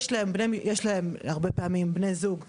יש להן הרבה פעמים בן זוג בארצן,